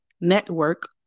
network